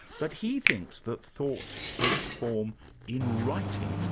but he thinks that thought takes form in writing,